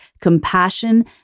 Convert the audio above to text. compassion